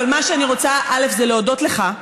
מה שאני רוצה זה להודות לך,